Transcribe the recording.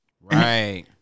Right